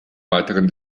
weiteren